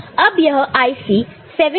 अब यह IC 74181 circuit है